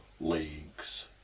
leagues